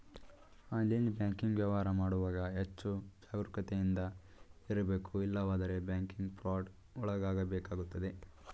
online banking ವ್ಯವಹಾರ ಮಾಡುವಾಗ ಹೆಚ್ಚು ಜಾಗರೂಕತೆಯಿಂದ ಇರಬೇಕು ಇಲ್ಲವಾದರೆ ಬ್ಯಾಂಕಿಂಗ್ ಫ್ರಾಡ್ ಒಳಗಾಗಬೇಕಾಗುತ್ತದೆ